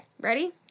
ready